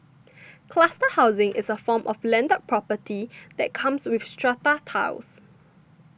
cluster housing is a form of landed property that comes with strata titles